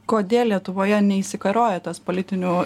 kodėl lietuvoje neišsikeroja tas politinių